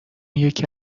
یکی